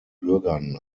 bürgern